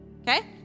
okay